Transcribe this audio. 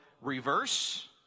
reverse